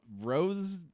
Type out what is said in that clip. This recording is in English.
rose